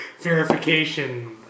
verification